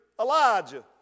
Elijah